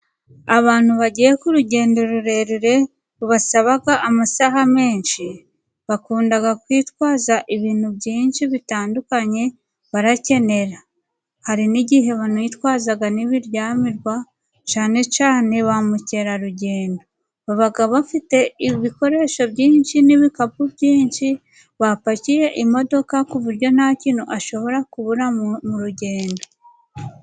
Abantu bagiye ku rugendo rurerure rubasaba amasaha menshi, bakunda kwitwaza ibintu byinshi bitandukanye barakenera, hari n'igihe banitwaza n'ibiryamirwa cyane cyane ba mukerarugendo, baba bafite ibikoresho byinshi n'ibikapu byinshi bapakiye imodoka ku buryo nta kintu bashobora kubura mu rugendo.